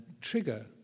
trigger